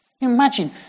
Imagine